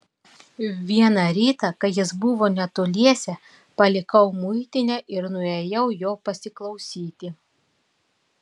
vieną rytą kai jis buvo netoliese palikau muitinę ir nuėjau jo pasiklausyti